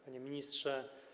Panie Ministrze!